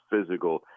physical